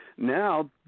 Now